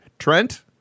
Trent